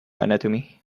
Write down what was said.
anatomy